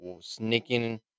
sneaking